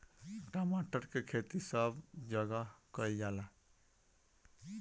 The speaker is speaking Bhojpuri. टमाटर के खेती सब जगह कइल जाला